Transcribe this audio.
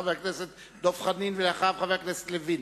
חבר הכנסת דב חנין, ואחריו, חבר הכנסת לוין.